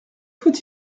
faut